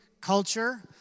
culture